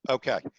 okay.